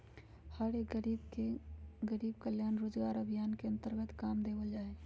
हर एक गरीब के गरीब कल्याण रोजगार अभियान के अन्तर्गत काम देवल जा हई